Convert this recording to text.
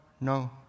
no